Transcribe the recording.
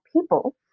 people